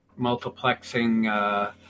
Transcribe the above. multiplexing